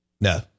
no